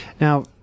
now